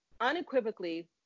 unequivocally